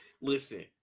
Listen